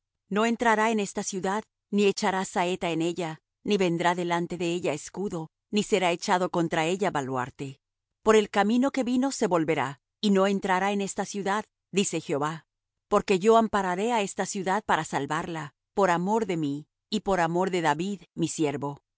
no entrará en esta ciudad ni echará saeta en ella ni vendrá delante de ella escudo ni será echado contra ella baluarte por el camino que vino se volverá y no entrará en esta ciudad dice jehová porque yo ampararé á esta ciudad para salvarla por amor de mí y por amor de david mi siervo